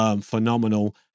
Phenomenal